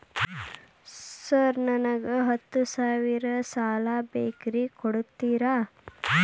Sir ನನಗ ಹತ್ತು ಸಾವಿರ ಸಾಲ ಬೇಕ್ರಿ ಕೊಡುತ್ತೇರಾ?